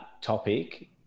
topic